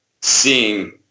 seeing